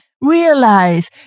realize